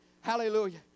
Hallelujah